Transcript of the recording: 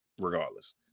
regardless